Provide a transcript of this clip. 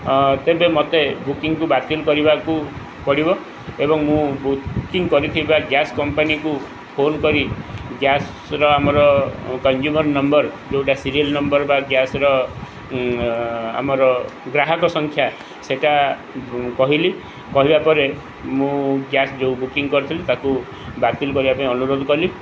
ତେବେ ମୋତେ ବୁକିଙ୍ଗକୁ ବାତିଲ କରିବାକୁ ପଡ଼ିବ ଏବଂ ମୁଁ ବୁକିଙ୍ଗ କରିଥିବା ଗ୍ୟାସ କମ୍ପାନୀକୁ ଫୋନ କରି ଗ୍ୟାସର ଆମର କଞ୍ଜ୍ୟୁମର୍ ନମ୍ବର ଯେଉଁଟା ସିରିଏଲ୍ ନମ୍ବର ବା ଗ୍ୟାସର ଆମର ଗ୍ରାହକ ସଂଖ୍ୟା ସେଟା କହିଲି କହିବା ପରେ ମୁଁ ଗ୍ୟାସ ଯେଉଁ ବୁକିଙ୍ଗ କରିଥିଲି ତାକୁ ବାତିଲ କରିବା ପାଇଁ ଅନୁରୋଧ କଲି